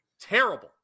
Terrible